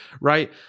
right